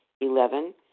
eleven